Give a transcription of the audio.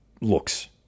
looks